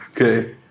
okay